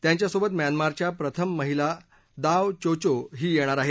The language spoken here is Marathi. त्यांच्यासोबत म्यानमारच्या प्रथम महिला दाव चोचो ही येणार आहेत